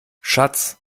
schatz